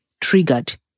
triggered